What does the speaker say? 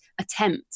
attempt